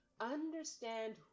understand